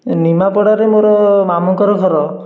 ନିମାପଡ଼ାରେ ମୋର ମାମୁଁଙ୍କର ଘର